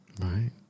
Right